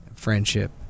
friendship